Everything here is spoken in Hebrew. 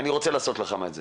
אני רוצה לעשות לכם את זה'.